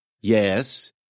Yes